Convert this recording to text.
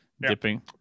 Dipping